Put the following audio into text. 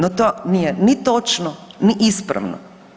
No, to nije ni točno ni ispravno.